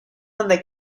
donde